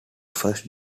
first